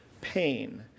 pain